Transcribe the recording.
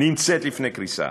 נמצאת לפני קריסה.